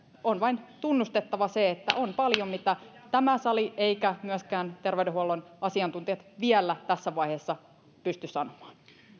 on vain tunnustettava se että on paljon mitä tämä sali ei eivätkä myöskään terveydenhuollon asiantuntijat vielä tässä vaiheessa pysty sanomaan